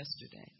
yesterday